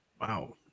Wow